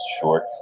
short